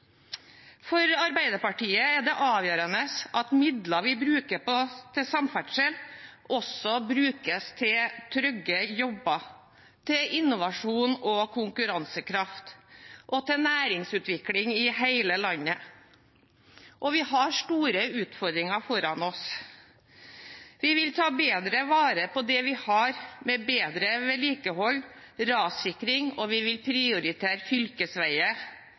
For Arbeiderpartiet er det avgjørende at midler vi bruker til samferdsel, også brukes til trygge jobber, til innovasjon og konkurransekraft og til næringsutvikling i hele landet. Vi har store utfordringer foran oss. Vi vil ta bedre vare på det vi har, med bedre vedlikehold og rassikring, og vi vil prioritere fylkesveier,